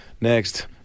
next